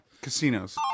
Casinos